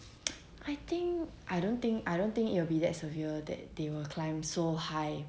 I think I don't think I don't think it will be that severe that they will climb so high